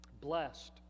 Blessed